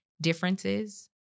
differences